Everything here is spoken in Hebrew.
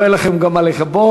שלא יהיה לכם גם מה לכבות,